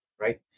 right